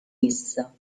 essa